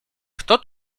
kto